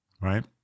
right